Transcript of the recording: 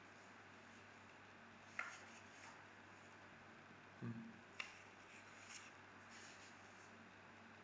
mmhmm